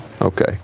Okay